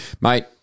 Mate